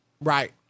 Right